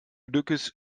glückes